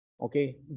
Okay